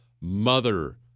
Mother